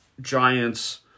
giants